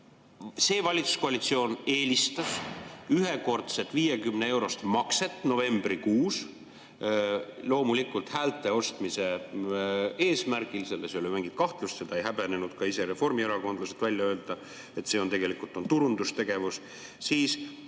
See valitsuskoalitsioon eelistas ühekordset 50‑eurost makset novembrikuus, loomulikult häälte ostmise eesmärgil, selles ei ole mingit kahtlust, seda ei häbenenud ka reformierakondlased ise välja öelda, et see on tegelikult turundustegevus. Praegu